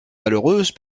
malheureuse